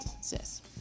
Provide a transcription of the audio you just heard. says